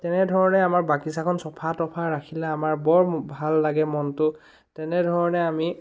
তেনেধৰণে আমাৰ বাগিচাখন চাফা তফা ৰাখিলে বৰ ভাল লাগে মনটো তেনেধৰণে আমি